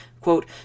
quote